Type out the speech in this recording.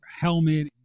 helmet